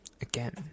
again